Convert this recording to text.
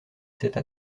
cette